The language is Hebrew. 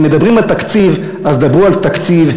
אם מדברים על תקציב אז דברו על תקציב,